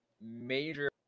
major